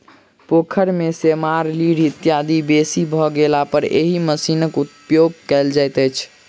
पोखैर मे सेमार, लीढ़ इत्यादि बेसी भ गेलापर एहि मशीनक उपयोग कयल जाइत छै